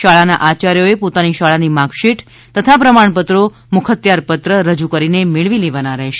શાળાના આચાર્યોએ પોતાની શાળાની માર્કશીટ તથા પ્રમાણપત્રો મુખત્યારપત્ર રજૂ કરીને મેળવી લેવાના રહેશે